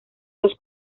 los